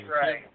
right